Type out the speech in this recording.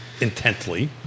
intently